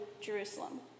Jerusalem